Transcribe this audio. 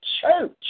church